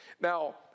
Now